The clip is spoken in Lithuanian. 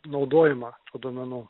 naudojimą duomenų